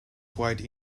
quite